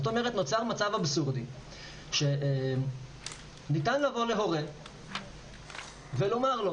נוצר מצב אבסורדי שניתן לבוא להורה ולומר לו: